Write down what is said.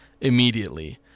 immediately